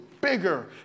bigger